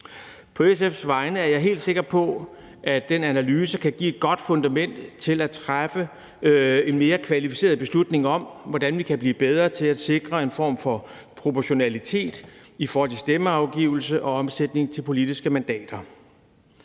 at jeg er helt sikker på, at den analyse kan give et godt fundament til at træffe en mere kvalificeret beslutning om, hvordan vi kan blive bedre til at sikre en form for proportionalitet i forhold til stemmeafgivelse og omsætning til politiske mandater.